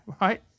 right